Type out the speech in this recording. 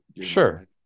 Sure